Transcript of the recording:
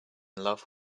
love